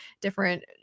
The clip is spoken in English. different